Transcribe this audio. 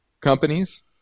companies